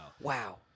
Wow